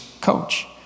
coach